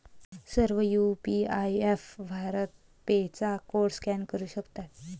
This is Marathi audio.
सर्व यू.पी.आय ऍपप्स भारत पे चा कोड स्कॅन करू शकतात